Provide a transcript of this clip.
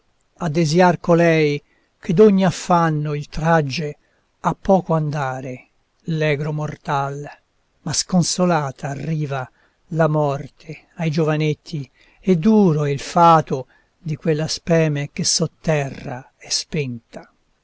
a desiar colei che d'ogni affanno il tragge ha poco andare l'egro mortal ma sconsolata arriva la morte ai giovanetti e duro è il fato di quella speme che sotterra è spenta